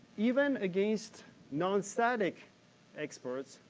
even against non-static experts,